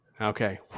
Okay